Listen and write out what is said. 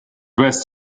west